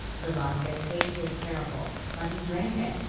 the vodka tasted terrible, but he drank it,